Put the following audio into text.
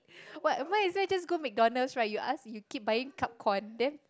but might as well go McDonalds right you ask you keep buying cup corn then